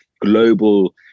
global